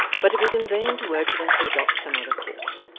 but it was in vain to urge them to adopt some other course.